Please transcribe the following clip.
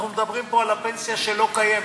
אנחנו מדברים פה על הפנסיה שלא קיימת.